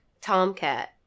Tomcat